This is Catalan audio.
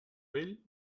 vell